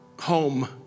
home